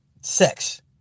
Sex